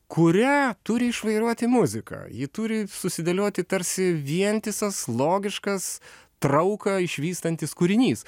kurią turi išvairuoti muziką ji turi susidėlioti tarsi vientisas logiškas trauką išvystantis kūrinys